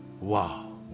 wow